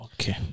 Okay